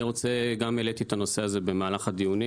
אני גם העליתי את הנושא הזה במהלך הדיונים,